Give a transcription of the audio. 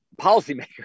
policymakers